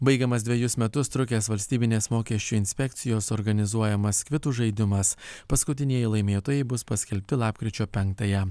baigiamas dvejus metus trukęs valstybinės mokesčių inspekcijos organizuojamas kvitų žaidimas paskutinieji laimėtojai bus paskelbti lapkričio penktąją